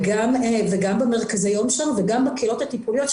גם במרכזי יום שלנו וגם בקהילות הטיפוליות.